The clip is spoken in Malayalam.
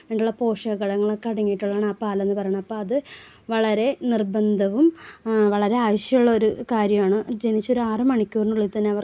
ഉള്ള പോഷക ഘടകങ്ങൾ അടങ്ങിയിട്ടുള്ളതാണ് ആ പാലെന്ന് പറയുന്നത് അപ്പം അത് വളരെ നിർബന്ധവും വളരെ ആവശ്യവുമുള്ള ഒരു കാര്യമാണ് ജനിച്ച് ഒരു ആറ് മണിക്കൂറിനുള്ളിൽ തന്നെ അവർക്ക്